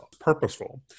purposeful